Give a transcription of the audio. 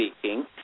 speaking